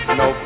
no